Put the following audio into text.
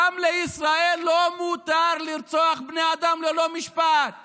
לישראל גם לא מותר לרצוח בני אדם ללא משפט.